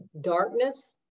darkness